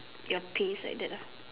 you're pay is like that lah